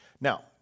Now